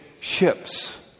ships